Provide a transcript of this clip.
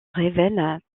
révèle